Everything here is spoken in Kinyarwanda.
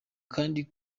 kandi